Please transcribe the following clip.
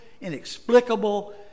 inexplicable